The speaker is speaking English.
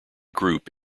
group